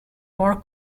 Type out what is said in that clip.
more